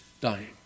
dying